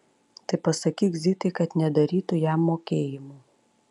tai pasakyk zitai kad nedarytų jam mokėjimų